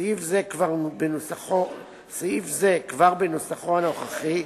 סעיף זה, כבר בנוסחו הנוכחי,